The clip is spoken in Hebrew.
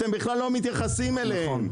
אתם בכלל לא מתייחסים אליהם.